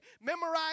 memorize